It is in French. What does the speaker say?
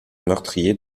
meurtrier